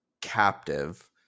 captive